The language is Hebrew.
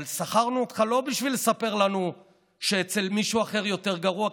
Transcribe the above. אבל שכרנו אותך לא בשביל לספר לנו שאצל מישהו אחר יותר גרוע,